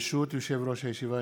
ברשות יושב-ראש הישיבה,